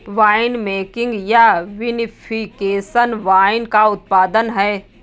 winemaking या vinification wine का उत्पादन है